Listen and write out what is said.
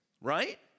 right